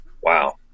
Wow